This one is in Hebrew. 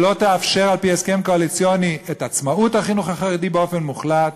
שלא תאפשר על-פי הסכם קואליציוני את עצמאות החינוך החרדי באופן מוחלט,